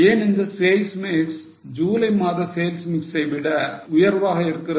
ஏன் இந்த sales mix July மாத sales mix ஐ விட உயர்ந்ததாக இருக்கிறது